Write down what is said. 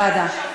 ועדה.